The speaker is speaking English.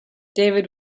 david